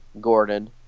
Gordon